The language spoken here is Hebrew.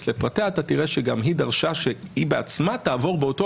לפרטיה אתה תראה שגם היא דרשה שהיא בעצמה תעבור באותו